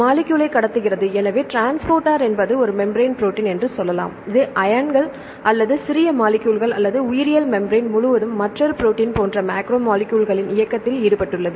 மாலிக்யூல்லைக் கடத்துகிறது எனவே டிரான்ஸ்போர்ட்டர் என்பது ஒரு மெம்பிரான் ப்ரோடீன் என்று சொல்லலாம் இது அயான்கள் அல்லது சிறிய மாலிக்யூல்கள் அல்லது உயிரியல் மெம்பிரான் முழுவதும் மற்றொரு ப்ரோடீன் போன்ற மேக்ரோமாலிக்யூல்களின் இயக்கத்தில் ஈடுபட்டுள்ளது